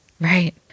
Right